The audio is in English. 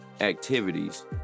activities